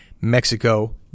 Mexico